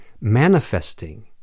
manifesting